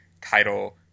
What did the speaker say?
title